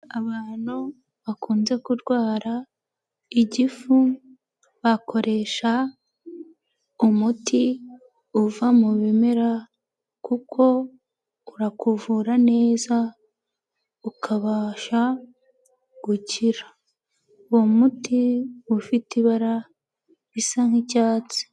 Abantu bakunze kurwara igifu bakoresha umuti uva mu bimera kuko urakuvura neza, ukabasha gukira. Uwo muti uba ufite ibara risa nk'icyatsi.